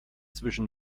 zwischen